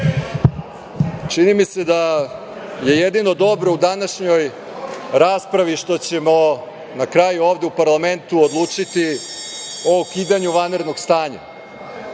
mi se da je jedino dobro u današnjoj raspravi što ćemo na kraju ovde u parlamentu odlučiti o ukidanju vanrednog stanja.